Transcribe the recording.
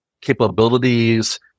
capabilities